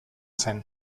zen